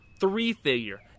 three-figure